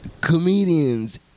comedians